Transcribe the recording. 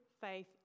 faith